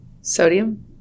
sodium